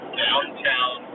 downtown